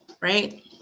right